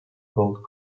gold